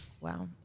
wow